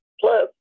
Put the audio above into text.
plus